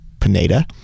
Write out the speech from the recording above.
Pineda